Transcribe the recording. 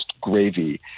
gravy